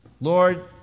Lord